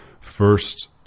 first